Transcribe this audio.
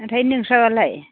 आमफ्राय नोंस्रालाय